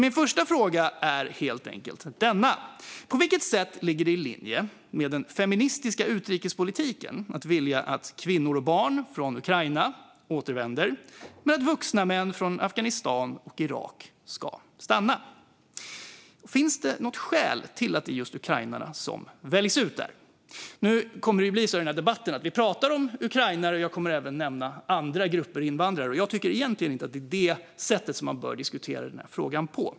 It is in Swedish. Min fråga är alltså helt enkelt denna: På vilket sätt ligger det i linje med den feministiska utrikespolitiken att vilja att kvinnor och barn från Ukraina återvänder men att vuxna män från Afghanistan och Irak ska stanna? Finns det något skäl till att det är just ukrainarna som väljs ut? Nu kommer det att bli så i den här debatten att vi pratar om ukrainare. Jag kommer även att nämna andra grupper invandrare. Jag tycker egentligen inte att det är på det sättet man bör diskutera denna fråga.